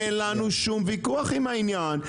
אין לנו שום ויכוח עם העניין,